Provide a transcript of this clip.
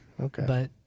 Okay